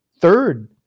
third